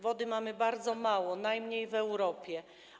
Wody mamy bardzo mało, najmniej w Europie.